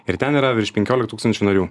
ir ten yra virš penkiolik tūkstančių narių